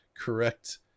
correct